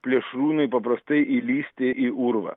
plėšrūnai paprastai įlįsti į urvą